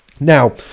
Now